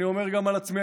אני אומר גם על עצמי,